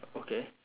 okay